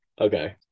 Okay